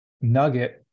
nugget